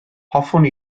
hoffwn